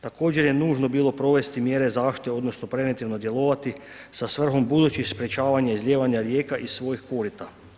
Također je nužno bilo provesti mjere zaštite odnosno preventivno djelovati sa svrhom budućih sprječavanja i izlijevanja rijeka iz svojih korita.